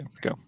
Go